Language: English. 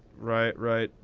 right. right.